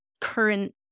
current